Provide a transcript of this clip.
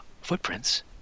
footprints